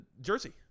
Jersey